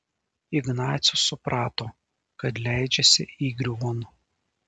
ignacius suprato kad leidžiasi įgriuvon